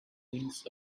thinks